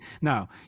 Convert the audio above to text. Now